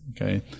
Okay